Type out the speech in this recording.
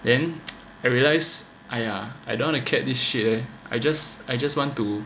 then I realise !aiya! I don't want a cat this shit eh I just I just want to